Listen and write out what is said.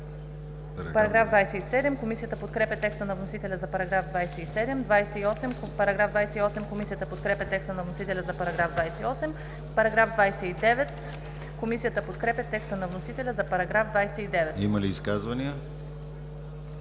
Има ли изказвания?